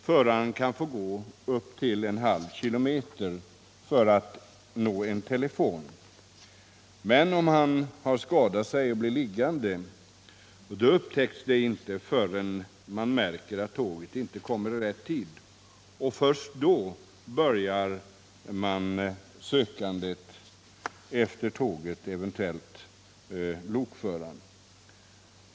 Föraren kan få gå upp till en halv kilometer för att nå en telefon. Om han skadar sig och blir liggande upptäcks det inte förrän man märker att tåget inte kommer i rätt tid. Först då börjar sökandet efter tåget och lokföraren.